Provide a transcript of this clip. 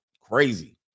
Crazy